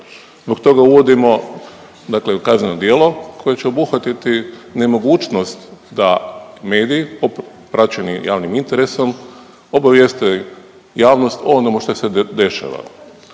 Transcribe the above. Zbog toga uvodimo dakle kazneno djelo koje će obuhvatiti nemogućnost da mediji praćeni javnim interesom obavijeste javnost o onome što se dešava.